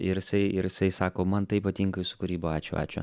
ir isai ir isai sako man tai ypatingai su kūryba ačiū ačiū